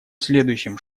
следующим